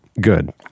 good